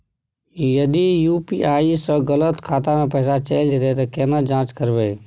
यदि यु.पी.आई स गलत खाता मे पैसा चैल जेतै त केना जाँच करबे?